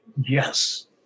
Yes